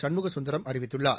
சண்முக சுந்தரம் அறிவித்துள்ளார்